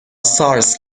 سارس